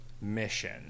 mission